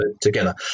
together